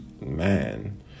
man